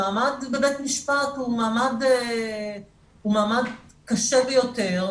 המעמד בבית המשפט הוא מעמד קשה ביותר,